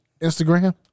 Instagram